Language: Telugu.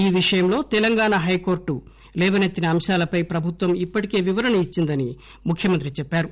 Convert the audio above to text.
ఈ విషయంలో తెలంగాణ హైకోర్లు లేవసెత్తిన అంశాలపై ప్రభుత్వం ఇప్పటికే వివరణ ఇచ్చిందని ముఖ్యమంత్రి చెప్పారు